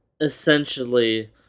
essentially